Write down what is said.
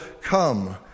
come